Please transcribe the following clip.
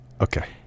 Okay